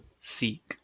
seek